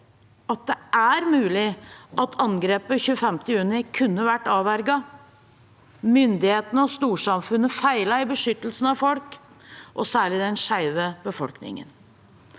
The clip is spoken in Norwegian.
at det er mulig at angrepet 25. juni kunne vært avverget. Myndighetene og storsamfunnet feilet i beskyttelsen av folk – og særlig av den skeive befolkningen.